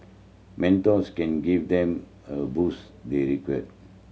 mentors can give them a boost they require